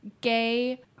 gay